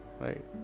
right